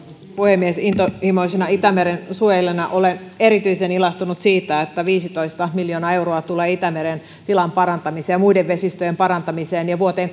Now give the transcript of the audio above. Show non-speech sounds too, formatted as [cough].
puhemies intohimoisena itämeren suojelijana olen erityisen ilahtunut siitä että viisitoista miljoonaa euroa tulee itämeren tilan parantamiseen ja muiden vesistöjen parantamiseen ja vuoteen [unintelligible]